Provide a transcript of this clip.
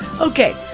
Okay